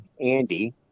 Andy